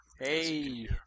Hey